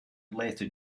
later